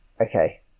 Okay